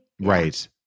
Right